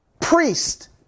priest